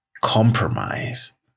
compromise